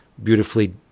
beautifully